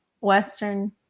Western